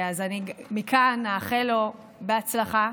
מכאן נאחל לו הצלחה,